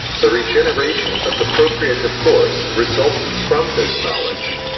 the regeneration of the procreative force resultant from this knowledge.